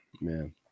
man